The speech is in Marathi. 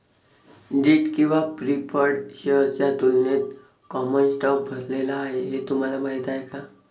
डेट किंवा प्रीफर्ड शेअर्सच्या तुलनेत कॉमन स्टॉक भरलेला आहे हे तुम्हाला माहीत आहे का?